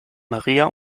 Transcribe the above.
maria